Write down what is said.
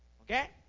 Okay